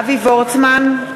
(קוראת בשמות חברי הכנסת) אבי וורצמן,